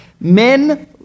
Men